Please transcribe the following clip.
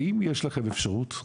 האם יש לכם אפשרות,